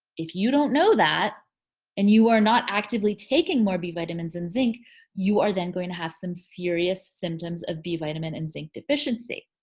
if you don't know that and you are not actively taking more b vitamins and zinc you are then going to have some serious symptoms of b vitamin and zinc deficiency.